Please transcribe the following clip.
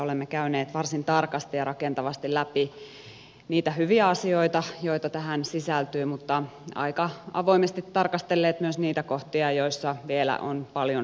olemme käyneet varsin tarkasti ja rakentavasti läpi niitä hyviä asioita joita tähän sisältyy mutta aika avoimesti tarkastelleet myös niitä kohtia joissa vielä on paljon tekemistä